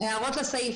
הערות לסעיף.